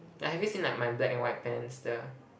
like have you seen like my black and white pants the